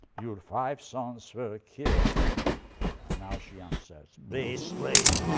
your five sons were killed and now she answers. base slave,